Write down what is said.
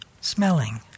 smelling